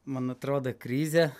man atrodo krizė